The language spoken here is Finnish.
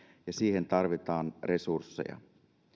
ja siihen tarvitaan resursseja